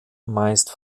meist